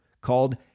called